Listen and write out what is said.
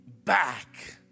Back